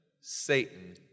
Satan